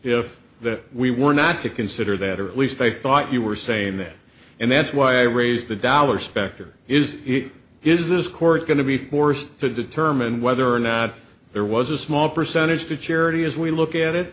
that we were not to consider that or at least i thought you were saying that and that's why i raised the dollar specter is is this court going to be forced to do term and whether or not there was a small percentage to charity as we look at it